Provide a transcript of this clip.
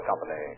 Company